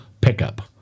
pickup